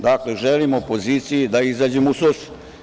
Dakle, želim opoziciji da izađem u susret.